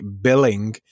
billing